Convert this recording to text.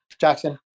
Jackson